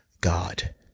God